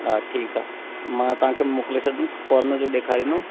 हा ठीकु आहे मां तव्हांखे मोकिले छॾिंदुमि कोर्नर जो ॾेखारींदुमि